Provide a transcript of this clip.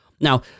Now